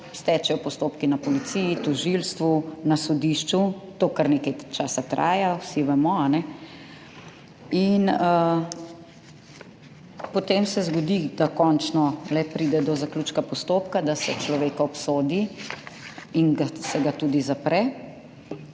stečejo postopki na policiji, tožilstvu, na sodišču. To kar nekaj časa traja, vsi vemo. In potem se zgodi, da končno le pride do zaključka postopka, da se človeka obsodi in se ga tudi zapre.